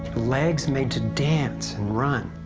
legs made to dance and run,